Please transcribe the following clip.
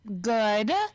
Good